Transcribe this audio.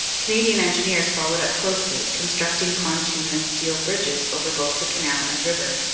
canadian engineers followed up closely, constructing pontoon and steel bridges over both the canal and river.